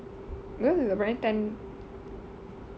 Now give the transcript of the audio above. cause it's apparently ten